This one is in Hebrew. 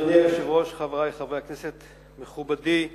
אדוני היושב-ראש, חברי חברי הכנסת, מכובדי השר,